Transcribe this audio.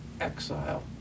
exile